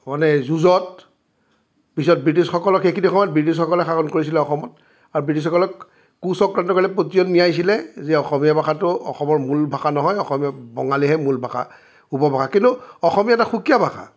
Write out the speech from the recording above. মানে যুঁজত পিছত ব্ৰিটিছসকলক সেইখিনি সময়ত ব্ৰিটিছসকলে শাসন কৰিছিলে অসমত আৰু ব্ৰিটিছসকলক কুচক্ৰান্তকাৰীসকলে পতিয়ন নিয়াইছিলে যে অসমীয়া ভাষাটো অসমৰ মূল ভাষা নহয় অসমীয় বঙালীহে মূল ভাষা উপভাষা কিন্তু অসমীয়া এটা সুকীয়া ভাষা